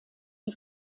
die